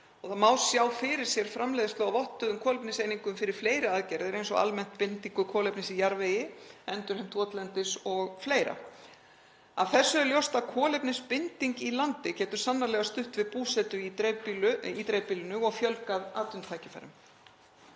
og það má sjá fyrir sér framleiðslu á vottuðum kolefniseiningum fyrir fleiri aðgerðir eins og bindingu kolefnis í jarðvegi almennt, endurheimt votlendis o.fl. Af þessu er ljóst að kolefnisbinding í landi getur sannarlega stutt við búsetu í dreifbýli og fjölgað atvinnutækifærum.